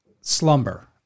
slumber